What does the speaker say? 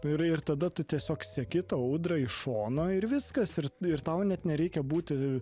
ir ir tada tu tiesiog seki tą audrą iš šono ir viskas ir ir tau net nereikia būti